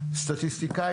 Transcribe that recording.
סטטיסטיקאי,